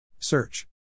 Search